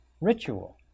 ritual